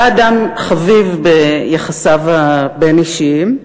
היה אדם חביב ביחסיו הבין-אישיים,